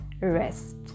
rest